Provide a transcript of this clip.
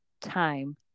Time